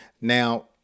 Now